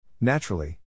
Naturally